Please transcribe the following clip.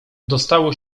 dostało